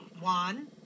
One